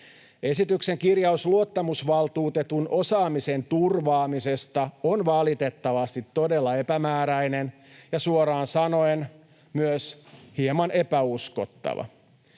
Esityksen kirjaus luottamusvaltuutetun osaamisen turvaamisesta on valitettavasti todella epämääräinen ja suoraan sanoen myös hieman epäuskottava.